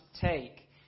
take